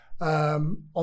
on